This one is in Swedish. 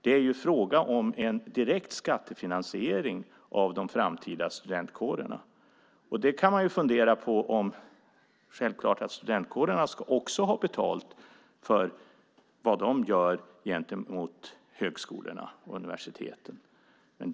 Det är ju fråga om en direkt skattefinansiering av de framtida studentkårerna. Man kan självklart fundera på om studentkårerna också ska ha betalt för vad de gör gentemot högskolorna och universiteten.